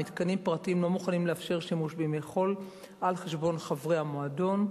מתקנים פרטיים לא מוכנים לאפשר שימוש בימי חול על חשבון חברי המועדון.